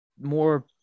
more